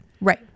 Right